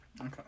Okay